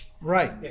Right